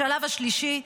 בשלב השלישי,